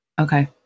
Okay